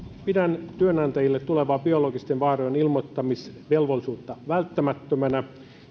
pidän työnantajille tulevaa biologisten vaarojen ilmoittamisvelvollisuutta välttämättömänä